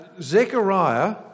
Zechariah